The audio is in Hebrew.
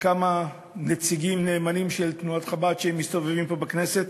וכמה נציגים נאמנים של תנועת חב"ד שמסתובבים פה בכנסת